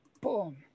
Boom